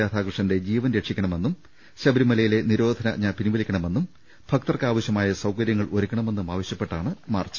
രാധാകൃഷ്ണന്റെ ജീവൻ രക്ഷി ക്കണമെന്നും ശബരിമലയിലെ നിരോധനാജ്ഞ പിൻവലിക്കണമെന്നും ഭക്തർക്കാവശ്യമായ സൌകര്യങ്ങൾ ഒരുക്കണമെന്നുമാവശ്യപ്പെട്ടാണ് മാർച്ച്